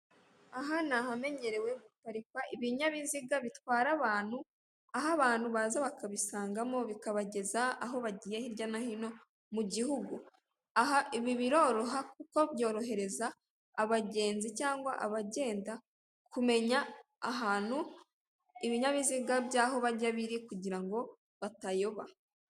Aha ni ahamenyerewe guhaparikwa ibinyabiziga bitwara abantu, aho abantu baza bakabisangamo bikabageza aho bagiye hirya no hino mu gihugu. Ibi biroroha kuko byorohereza abagenzi cyangwa abagenda kumenya ahantu ibinyabiziga by'aho bajya biri kugira ngo batayoba.